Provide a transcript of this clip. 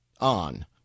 on